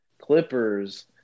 Clippers